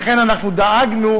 לכן אנחנו דאגנו,